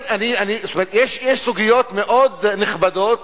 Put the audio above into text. יש סוגיות מאוד נכבדות